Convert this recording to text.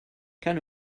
can